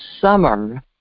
summer